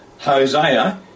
Hosea